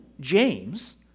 James